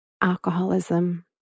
alcoholism